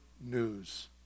news